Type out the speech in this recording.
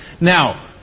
Now